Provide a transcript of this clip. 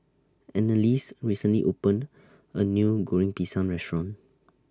Anneliese recently opened A New Goreng Pisang Restaurant